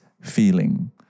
feeling